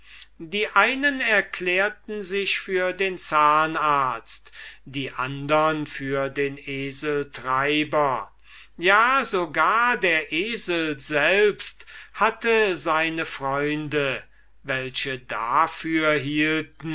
die einen erklärten sich für den zahnarzt die andern für den eseltreiber ja sogar der esel selbst hatte seine freunde welche dafür